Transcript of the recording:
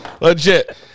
legit